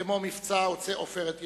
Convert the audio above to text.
כמו מבצע "עופרת יצוקה",